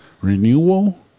renewal